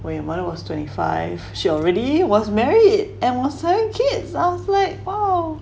where your mother was twenty five she already was married and was having kids I was like !wow!